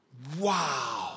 Wow